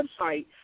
website